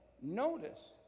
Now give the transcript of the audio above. Notice